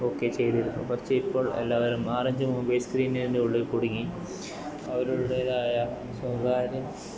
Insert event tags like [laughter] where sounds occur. ഒക്കെ ചെയ്തിരുന്നു പക്ഷെ ഇപ്പോൾ എല്ലാവരും നാലഞ്ച് മൊബൈൽ സ്ക്രീനിൻ്റെ ഉള്ളിൽ കുടുങ്ങി അവരവരുടേതായ [unintelligible]